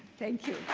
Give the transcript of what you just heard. thank you.